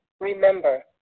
remember